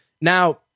Now